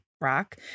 rock